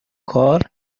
کار